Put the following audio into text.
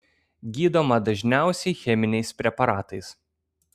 gydoma dažniausiai cheminiais preparatais